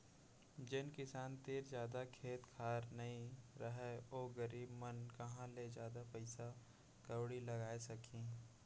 जेन किसान तीर जादा खेत खार नइ रहय ओ गरीब मन कहॉं ले जादा पइसा कउड़ी लगाय सकहीं